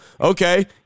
okay